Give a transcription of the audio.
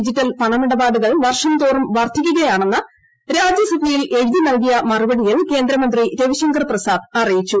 digital പണമിടപാടുകൾ വർഷം തോറും വർദ്ധിക്കുകയാണെന്ന് രാജ്യസഭയിൽ എഴുതി നൽകിയ മറുപടിയിൽ കേന്ദ്ര മന്ത്രി രവിശങ്കർ പ്രസാദ് അറിയിച്ചു